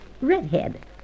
redhead